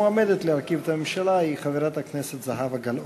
המועמדת להרכיב את הממשלה היא חברת הכנסת זהבה גלאון.